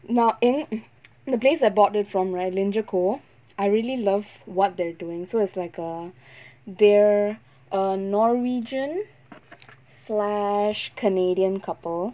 நா என்:naa yaen in the place I bought it from right linjer co I really love what they're doing so it's like a dear err norwegian slash canadian couple